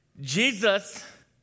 Jesus